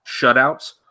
shutouts